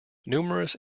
numerous